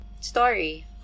story